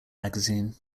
magazine